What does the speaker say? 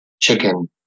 chicken